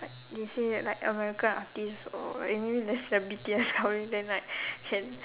like they say like American artistes or any the celebrity that's coming then like can